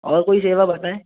और कोई सेवा बताएँ